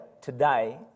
today